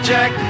Jack